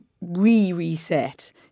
re-reset